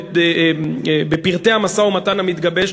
בפרטי המשא-ומתן המתגבש,